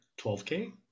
12k